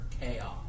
chaos